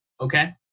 okay